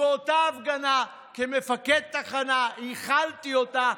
ובאותה הפגנה כמפקד תחנה הכלתי אותה.